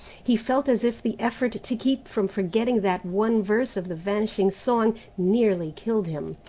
he felt as if the effort to keep from forgetting that one verse of the vanishing song nearly killed him.